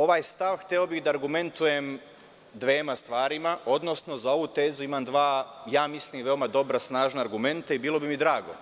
Ovaj stav hteo bih da argumentujem dvema stvarima, odnosno za ovu tezu imam dva, mislim, veoma snažna i dobra argumenta i bilo bi mi drago